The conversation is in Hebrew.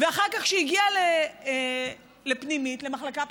ואחר כך, כשהיא הגיעה למחלקה פנימית,